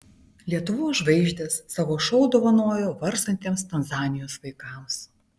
lietuvos žvaigždės savo šou dovanojo vargstantiems tanzanijos vaikams